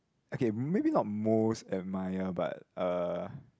okay maybe not most admire but uh